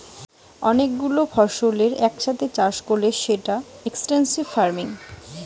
ম্যালা গুলা ফসলের এক সাথে চাষ করলে সৌটা এক্সটেন্সিভ ফার্মিং